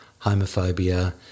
homophobia